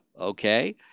okay